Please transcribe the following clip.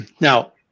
Now